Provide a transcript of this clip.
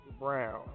brown